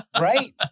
Right